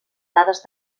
dades